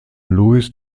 louis